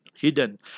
Hidden